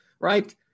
right